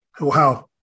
Wow